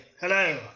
Hello